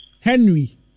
Henry